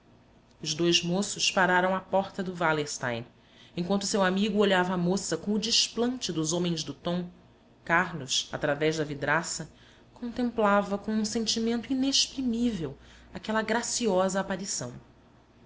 os dois moços pararam à porta do wallerstein enquanto seu amigo olhava a moça com o desplante dos homens do tom carlos através da vidraça contemplava com um sentimento inexprimível aquela graciosa aparição